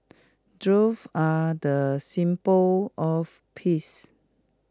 doves are the symbol of peace